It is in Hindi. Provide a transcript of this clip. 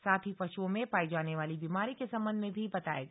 साथ ही पशुओं में पाई जाने वाली बीमारी के संबंध में भी बताया गया